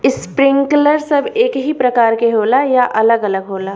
Sprinkler सब एकही प्रकार के होला या अलग अलग होला?